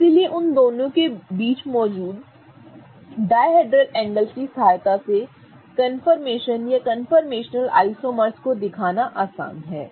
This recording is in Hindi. इसलिए उन दोनों के बीच मौजूद डायहेड्रल एंगल की सहायता से कन्फर्मेशन या कन्फर्मेशनल आइसोमर्स को दिखाना आसान है